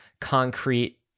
concrete